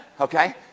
Okay